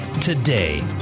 today